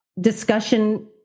discussion